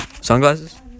Sunglasses